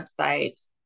website